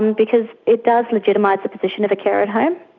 and because it does legitimise the position of a carer at home.